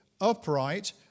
upright